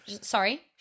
Sorry